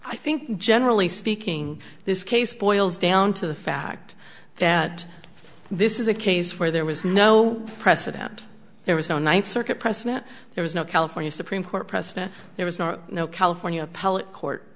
i think generally speaking this case boils down to the fact that this is a case where there was no precedent there was no ninth circuit precedent there was no california supreme court precedent there was no california